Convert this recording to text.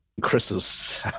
Chris's